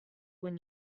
when